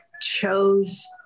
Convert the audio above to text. chose